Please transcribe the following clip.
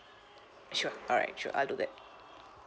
sure alright sure I'll do that